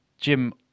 Jim